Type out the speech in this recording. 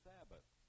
Sabbath